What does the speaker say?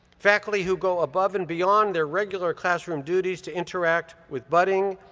faculty who go above and beyond their regular classroom duties to interact with budding,